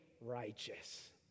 righteous